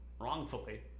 wrongfully